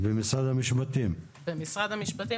במשרד המשפטים --- במשרד המשפטים,